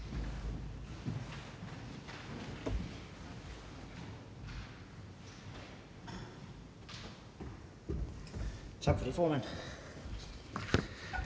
Tak for det. Lad mig